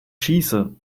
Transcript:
schieße